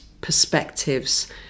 perspectives